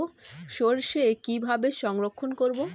সরষে কিভাবে সংরক্ষণ করব?